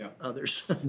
others